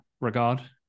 regard